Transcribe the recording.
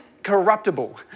Corruptible